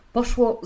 Poszło